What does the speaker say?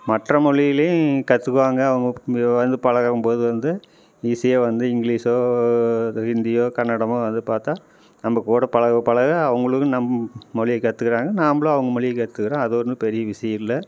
மற்ற மொழியிலையும் கற்றுக்குவாங்க அவங்க கொஞ்சம் வந்து பழகும் போது வந்து ஈஸியாக வந்து இங்கிலீஷோ ஹிந்தியோ கன்னடமோ வந்து பார்த்தா நம்மக்கூட பழக பழக அவங்களும் நம்ம மொழியே கற்றுக்குறாங்க நம்மளும் அவங்க மொழியே கற்றுக்குறோம் அது ஒன்றும் பெரிய விஷயம் இல்லை